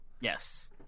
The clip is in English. Yes